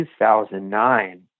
2009